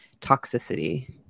toxicity